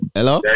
Hello